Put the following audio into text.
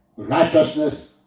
Righteousness